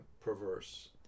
perverse